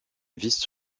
vice